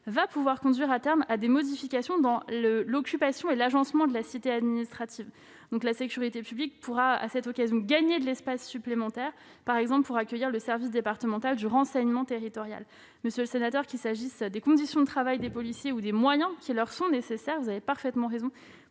devrait conduire, à terme, à des modifications dans l'occupation de la cité administrative. La sécurité publique devrait à cette occasion gagner de l'espace supplémentaire, par exemple pour accueillir le service départemental du renseignement territorial. Monsieur le sénateur, qu'il s'agisse des conditions de travail des policiers ou des moyens qui leur sont nécessaires pour accomplir efficacement leurs